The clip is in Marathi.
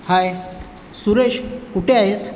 हाय सुरेश कुठे आहेस